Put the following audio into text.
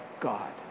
God